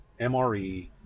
MRE